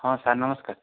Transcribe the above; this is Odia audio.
ହଁ ସାର୍ ନମସ୍କାର୍